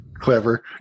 clever